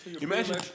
Imagine